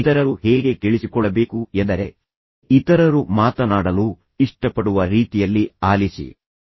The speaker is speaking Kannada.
ಇತರರು ಹೇಗೆ ಕೇಳಿಸಿಕೊಳ್ಳ ಬೇಕು ಎಂದರೆ ನಿಮ್ಮೊಂದಿಗೆ ಮಾತನಾಡಲು ಇಷ್ಟಪಡುವ ರೀತಿ ಮಾತನಾಡ ಬೇಕು